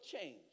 change